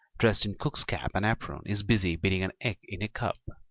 dressed in cook's cap and apron is busy beating an egg in a cup.